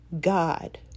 God